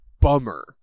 bummer